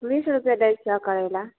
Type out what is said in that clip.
बीस रूपये दै छीय करैला